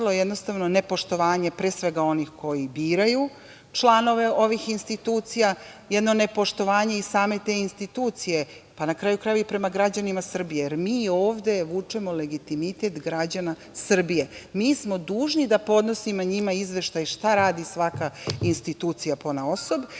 jednostavno, nepoštovanje pre svega onih koji biraju članove ovih institucija, jedno nepoštovanje i same te institucije, na kraju krajeva, i prema građanima Srbije, jer mi ovde vučemo legitimitet građana Srbije. Mi smo dužni da podnosimo njima izveštaj šta radi svaka institucija ponaosob